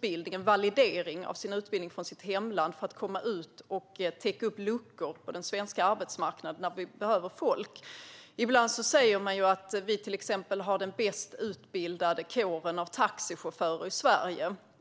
genomgå en validering av utbildningen från hemlandet för att de ska kunna komma ut och täcka upp luckor på den svenska arbetsmarknaden när det behövs folk. Ibland sägs det att vi har den bäst utbildade kåren av taxichaufförer i Sverige.